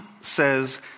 says